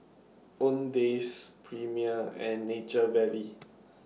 Owndays Premier and Nature Valley